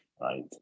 right